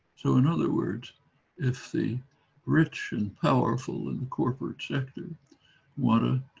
so in other words if the rich and powerful and corporate sector want to